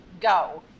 go